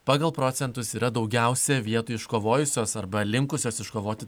pagal procentus yra daugiausia vietų iškovojusios arba linkusios iškovoti